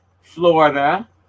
Florida